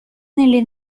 nelle